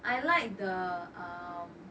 I like the um